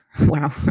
wow